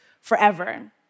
forever